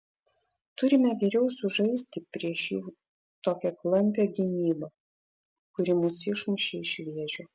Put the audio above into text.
turime geriau sužaisti prieš jų tokią klampią gynybą kuri mus išmušė ir vėžių